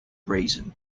reason